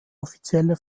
offizielle